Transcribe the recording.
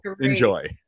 enjoy